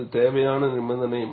அது தேவையான நிபந்தனை